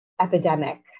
epidemic